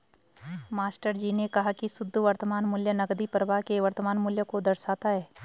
मास्टरजी ने कहा की शुद्ध वर्तमान मूल्य नकदी प्रवाह के वर्तमान मूल्य को दर्शाता है